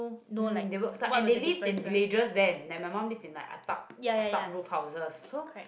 mm then work tough and they live in villagers then my mother lived in atap atap roof houses